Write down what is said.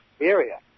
area